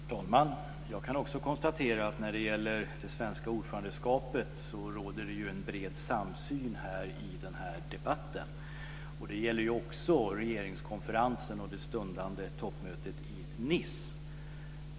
Herr talman! Jag kan också konstatera att när det gäller det svenska ordförandeskapet råder det en bred samsyn i den här debatten. Det gäller också regeringskonferensen och det stundande toppmötet i Nice.